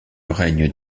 règne